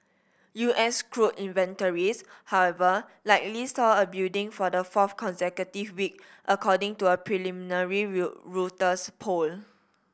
U S crude inventories however likely saw a building for the fourth consecutive week according to a preliminary real Reuters poll